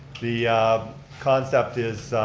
the concept is,